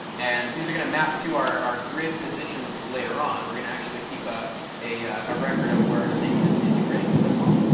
and these are going to map to our our grid positions later on. we're going to actually keep ah a ah record of where our snake is in the grid as well.